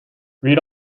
read